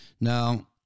Now